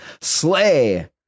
slay